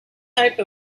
type